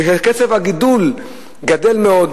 כי קצב הגידול גדל מאוד.